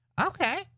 Okay